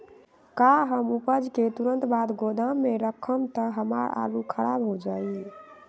का हम उपज के तुरंत बाद गोदाम में रखम त हमार आलू खराब हो जाइ?